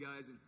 guys